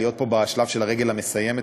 להיות פה בשלב של הרגל המסיימת,